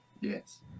yes